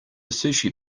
sushi